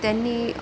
त्यांनी